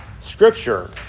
Scripture